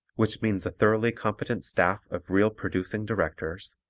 which means a thoroughly competent staff of real producing directors,